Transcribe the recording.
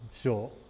sure